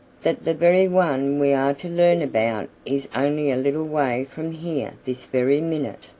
that the very one we are to learn about is only a little way from here this very minute.